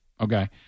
Okay